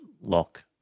lock